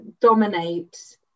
dominate